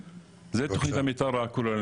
לגבי האמירה של מופיד,